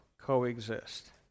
coexist